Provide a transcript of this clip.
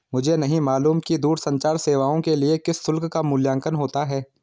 मुझे नहीं मालूम कि दूरसंचार सेवाओं के लिए किस शुल्क का मूल्यांकन होता है?